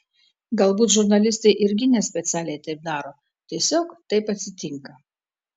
galbūt žurnalistai irgi nespecialiai taip daro tiesiog taip atsitinka